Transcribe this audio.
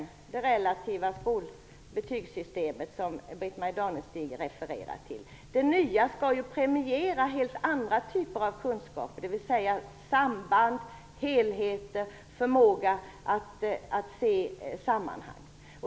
Britt-Marie Danestig-Olofsson refererar återigen till det relativa betygssystemet. Det nya systemet skall premiera helt andra typer av kunskaper, dvs. samband, helheten, förmåga att se sammanhang.